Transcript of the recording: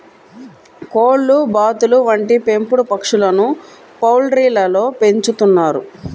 కోళ్లు, బాతులు వంటి పెంపుడు పక్షులను పౌల్ట్రీలలో పెంచుతున్నారు